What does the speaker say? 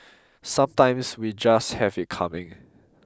sometimes we just have it coming